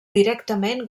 directament